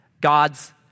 God's